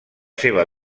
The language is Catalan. seva